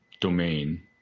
domain